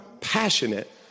passionate